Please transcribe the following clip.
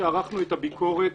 שערכנו את הביקורת,